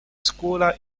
scuola